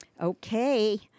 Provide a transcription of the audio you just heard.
Okay